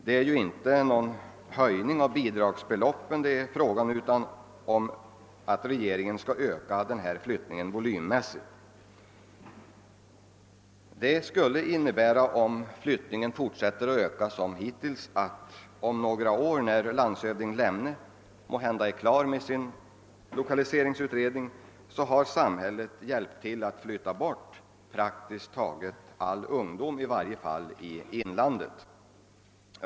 Det är ju i propositionen inte fråga om någon höjning av bidragsbeloppen utan om att öka flyttningen volymmässigt. Det skulle innebära att samhället, om flyttningen fortsätter att öka såsom hittills, om några år när landshövding Lemne måhända är klar med sin lokaliseringsutredning kommer att ha hjälpt till med att flytta bort praktiskt taget all ungdom i varje fall från inlandet.